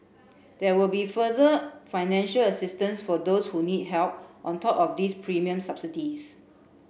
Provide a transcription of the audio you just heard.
there will be further financial assistance for those who need help on top of these premium subsidies